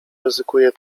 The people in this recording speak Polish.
ryzykuję